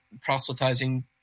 proselytizing